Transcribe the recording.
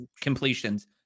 completions